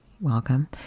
Welcome